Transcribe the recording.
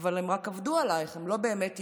אבל הם רק עבדו עלייך, הם לא באמת ימין.